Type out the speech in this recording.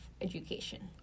education